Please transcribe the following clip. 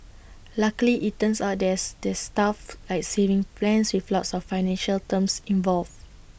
luckily IT turns out thus there's stuff like savings plans with lots of financial terms involved